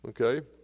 okay